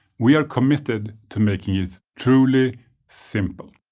we are committed to making it truly simple.